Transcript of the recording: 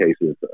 cases